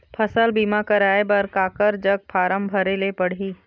फसल बीमा कराए बर काकर जग फारम भरेले पड़ही?